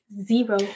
Zero